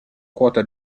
quota